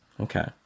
okay